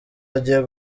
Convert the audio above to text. hagiye